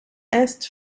est